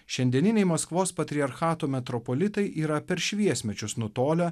šiandieniniai maskvos patriarchato metropolitai yra per šviesmečius nutolę